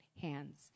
hands